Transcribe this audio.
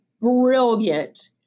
brilliant